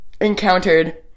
encountered